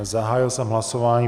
Zahájil jsem hlasování.